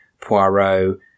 Poirot